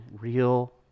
real